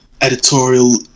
editorial